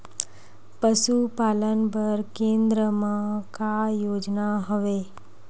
पशुपालन बर केन्द्र म का योजना हवे?